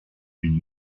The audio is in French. une